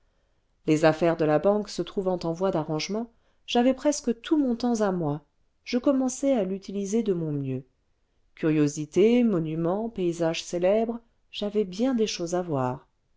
les affaires de la banque se trouvant en voie d'arrangement j'avais presque tout mon temps à moi je commençai à l'utiliser de mon mieux curiosités monuments paysages célèbres j'avais bien des choses à voir